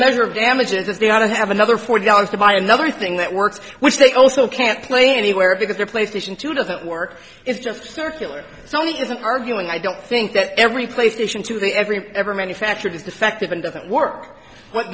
measure of damages if they want to have another forty dollars to buy another thing that works which they also can't play anywhere because the playstation two doesn't work it's just circular sony isn't arguing i don't think that every play station to the every ever manufactured is defective and doesn't work what